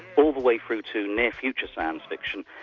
all the way through to near future science fiction,